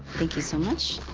thank you so much.